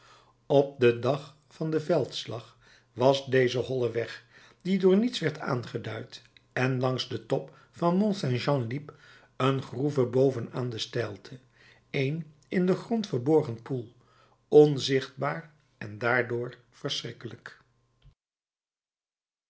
op den dag van den veldslag was deze holle weg die door niets werd aangeduid en langs den top van mont saint jean liep een groeve boven aan de steilte een in den grond verborgen poel onzichtbaar en daardoor verschrikkelijk